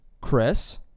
Chris